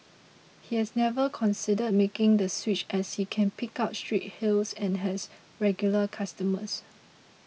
he has never considered making the switch as he can pick up street hails and has regular customers